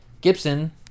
Gibson